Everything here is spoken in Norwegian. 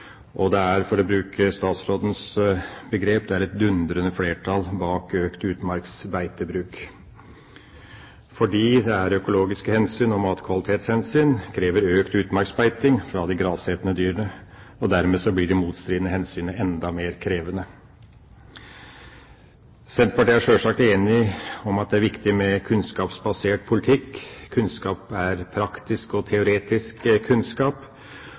Og det er – for å bruke statsrådens begrep – «et dundrende flertall» bak økt utmarksbeitebruk, fordi det er økologiske hensyn og matkvalitetshensyn som krever økt utmarksbeiting fra de grasetende dyra. Dermed blir det motstridende hensynet enda mer krevende. Senterpartiet er sjølsagt enig i at det er viktig med kunnskapsbasert politikk. Kunnskap er praktisk og teoretisk kunnskap.